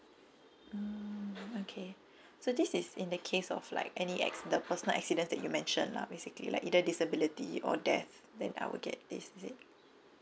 ah okay so this is in the case of like any ac~ the personal accident that you mention lah basically like either disability or death then I will get this is it